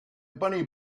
bunny